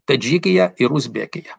tadžikiją ir uzbekiją